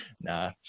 Nah